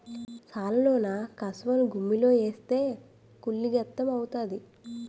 సాలలోన కసవను గుమ్మిలో ఏస్తే కుళ్ళి గెత్తెము అవుతాది